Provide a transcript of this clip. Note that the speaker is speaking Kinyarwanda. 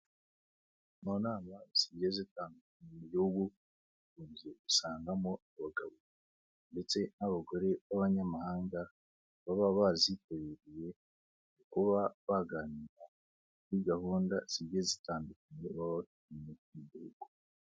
Mu nama zigiye zitandukanye mu gihugu ukunze gusangamo abagabo ndetse n'abagore b'abanyamahanga, baba bazitabiriye kuba baganira kuri gahunda zigize zitandukanye baba bafite imbere mu gihugu.